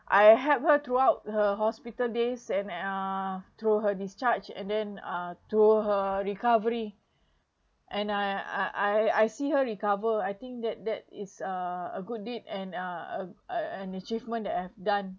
I help her throughout her hospital days and uh through her discharged and then uh through her recovery and I I I see her recover I think that that is a good deed and a a an achievement that I've done